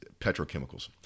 petrochemicals